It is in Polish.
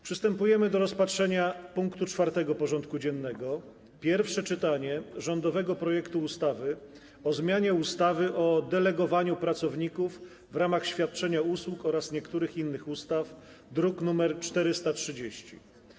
Przystępujemy do rozpatrzenia punktu 4. porządku dziennego: Pierwsze czytanie rządowego projektu ustawy o zmianie ustawy o delegowaniu pracowników w ramach świadczenia usług oraz niektórych innych ustaw (druk nr 430)